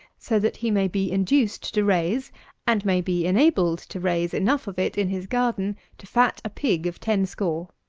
so that he may be induced to raise and may be enabled to raise enough of it in his garden to fat a pig of ten score.